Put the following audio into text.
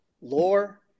lore